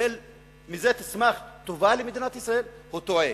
ומזה תצמח טובה למדינת ישראל, הוא טועה.